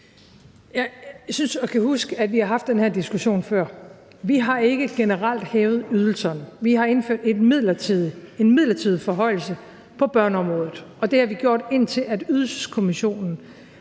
Jeg synes at kunne huske, at vi har haft den her diskussion før. Vi har ikke generelt hævet ydelserne; vi har indført en midlertidig forhøjelse på børneområdet. Og det har vi gjort, indtil Ydelseskommissionen